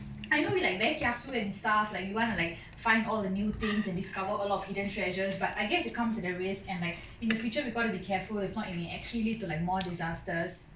I know you like very kiasu and stuff like you want to like find all the new things and discover a lot of hidden treasures but I guess it comes at a risk and like in the future we got to be careful if not it may actually lead to like more disasters